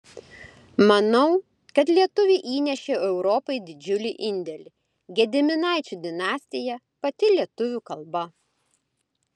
manau kad lietuviai įnešė europai didžiulį indėlį gediminaičių dinastija pati lietuvių kalba